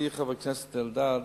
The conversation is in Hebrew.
אדוני חבר הכנסת אלדד,